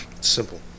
Simple